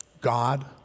God